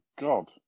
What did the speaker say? god